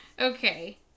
Okay